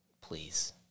Please